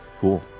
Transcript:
cool